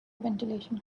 ventilation